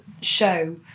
show